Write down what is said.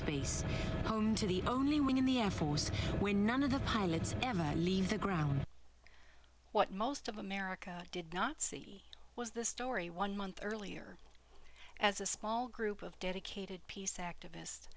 home to the only wing in the air force when none of the pilots emma leave the ground what most of america did not see was the story one month earlier as a small group of dedicated peace activist